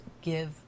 give